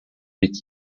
its